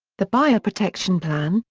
the buyer protection plan,